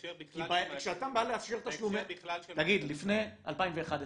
בהקשר בכלל --- לפני 2011,